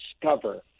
discover